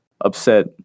upset